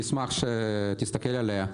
נשמח שתסתכל עליה.